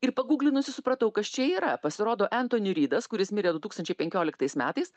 ir pagūglinusi supratau kas čia yra pasirodo entoni rydas kuris mirė du tūkstančiai penkioliktais metais